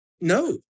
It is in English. No